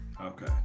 Okay